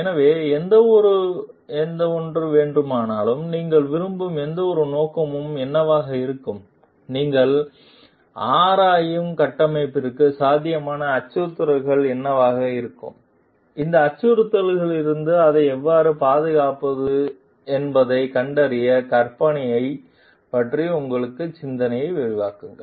எனவே எந்தவொரு வேண்டுமென்றே நீங்கள் விரும்பும் எந்தவொரு நோக்கமும் என்னவாக இருக்கும் நீங்கள் ஆராயும் கட்டமைப்பிற்கு சாத்தியமான அச்சுறுத்தல்கள் என்னவாக இருக்கும் இந்த அச்சுறுத்தல்களிலிருந்து அதை எவ்வாறு பாதுகாப்பது என்பதைக் கண்டறிய கற்பனையைப் பற்றிய உங்கள் சிந்தனையை விரிவாக்குங்கள்